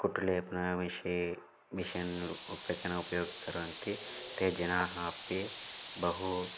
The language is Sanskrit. कुटु लेपनविषये मिशन् रूप्यकेण उपयोगं कुर्वन्ति ते जनाः अपि बहु